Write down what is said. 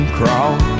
crawl